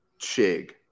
Chig